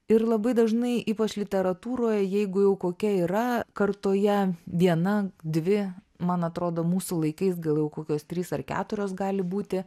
ir labai dažnai ypač literatūroje jeigu jau kokia yra kartoje viena dvi man atrodo mūsų laikais gal jau kokios trys ar keturios gali būti